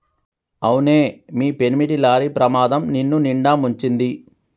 అవునే మీ పెనిమిటి లారీ ప్రమాదం నిన్నునిండా ముంచింది